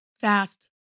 fast